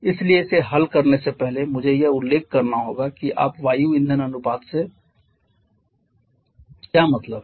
इसलिए इसे हल करने से पहले मुझे यह उल्लेख करना होगा कि आप वायु ईंधन अनुपात से क्या मतलब है